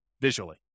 visually